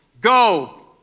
Go